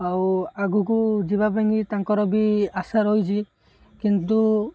ଆଉ ଆଗକୁ ଯିବା ପାଇଁକି ତାଙ୍କର ବି ଆଶା ରହିଛି କିନ୍ତୁ